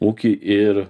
ūkį ir